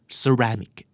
ceramic